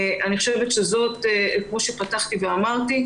כפי שפתחתי ואמרתי,